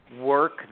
work